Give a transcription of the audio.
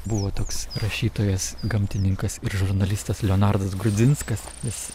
buvo toks rašytojas gamtininkas ir žurnalistas leonardas grudzinskas jis